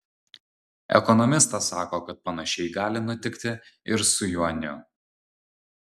ekonomistas sako kad panašiai gali nutikti ir su juaniu